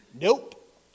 nope